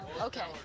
Okay